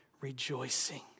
rejoicing